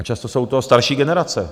A často jsou to starší generace.